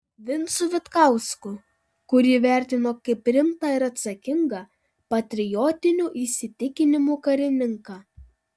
vincu vitkausku kurį vertino kaip rimtą ir atsakingą patriotinių įsitikinimų karininką